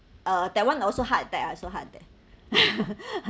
uh that one also hard that also hard that